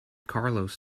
carlos